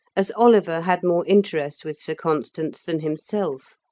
as oliver had more interest with sir constans than himself.